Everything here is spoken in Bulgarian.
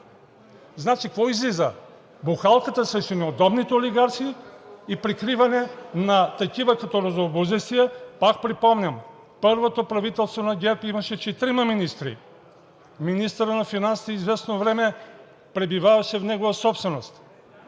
Значи какво излиза – бухалката срещу неудобните олигарси и прикриване на такива като Розовобузестия. Пак припомням, първото правителство на ГЕРБ имаше четирима министри: министърът на финансите известно време пребиваваше в негова собственост,